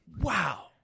Wow